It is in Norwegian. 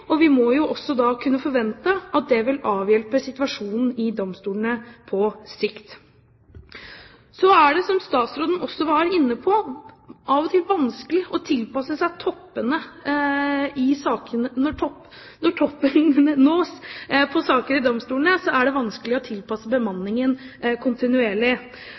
og vi må da også kunne forvente at det vil avhjelpe situasjonen i domstolene på sikt. Så er det, som statsråden også var inne på, av og til vanskelig når toppene nås på saker i domstolene, å tilpasse bemanningen kontinuerlig.